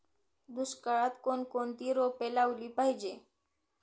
दुष्काळात कोणकोणती रोपे लावली पाहिजे?